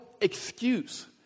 excuse